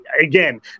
Again